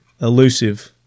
elusive